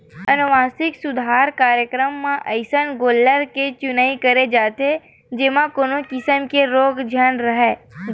अनुवांसिक सुधार कार्यकरम म अइसन गोल्लर के चुनई करे जाथे जेमा कोनो किसम के रोग राई झन राहय